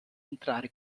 entrare